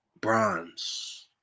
Bronze